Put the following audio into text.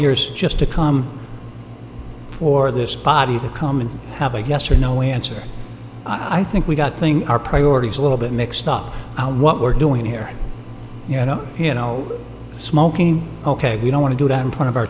years just to come for this body to come in to have a yes or no answer i think we've got thing our priorities a little bit mixed up what we're doing here you know you know smoking ok we don't want to do that in front of our